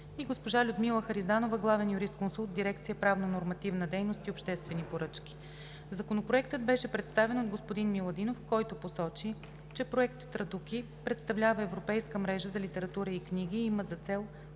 и госпожа Людмила Харизанова – главен юрисконсулт в дирекция „Правнонормативна дейност и обществени поръчки“. Законопроектът беше представен от господин Миладинов, който посочи, че Проект „Традуки“ представлява Европейска мрежа за литература и книги и има за цел